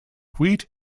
wheat